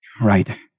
Right